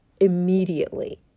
immediately